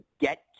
get